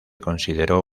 consideró